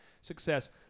success